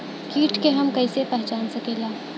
कीट के हम कईसे पहचान सकीला